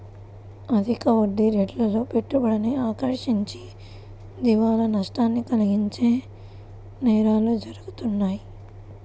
అధిక వడ్డీరేట్లతో పెట్టుబడిని ఆకర్షించి దివాలా నష్టాన్ని కలిగించే నేరాలు జరుగుతాయి